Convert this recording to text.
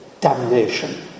damnation